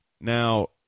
Now